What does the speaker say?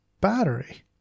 battery